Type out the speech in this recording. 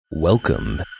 Welcome